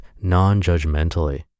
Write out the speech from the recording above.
non-judgmentally